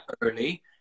early